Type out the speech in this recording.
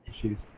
issues